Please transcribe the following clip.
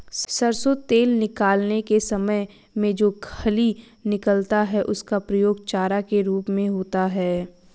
सरसों तेल निकालने के समय में जो खली निकलता है उसका प्रयोग चारा के रूप में होता है